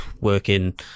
working